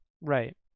Right